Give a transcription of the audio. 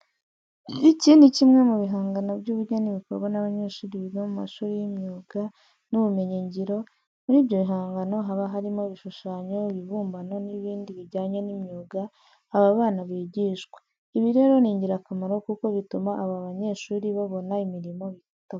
Iki ni kimwe mu bihangano by'ubugeni bikorwa n'abanyeshuri biga mu mashuri y'imyuga n'ibumenyingiro. Muri ibyo bihangano haba harimo ibishushanyo, ibibumbano n'ibindi bijyanye n'imyuga aba bana bigishwa. Ibi rero ni ingirakamaro kuko bituma aba banyeshuri baboba imirimo bitabagoye.